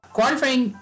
Qualifying